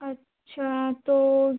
अच्छा तो